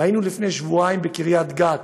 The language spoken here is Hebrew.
ראינו לפני שבועיים בקריית גת: